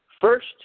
first